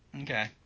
Okay